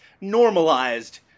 normalized